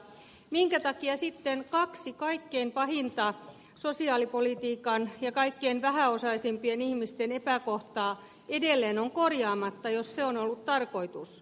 minkä takia sitten kaksi kaikkein pahinta sosiaalipolitiikan ja kaikkein vähäosaisimpien ihmisten epäkohtaa edelleen on korjaamatta jos se on ollut tarkoitus